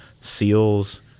seals